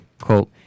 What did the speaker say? Quote